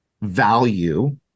value